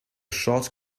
short